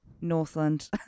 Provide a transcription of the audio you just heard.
Northland